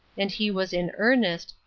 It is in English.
and he was in earnest,